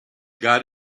got